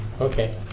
Okay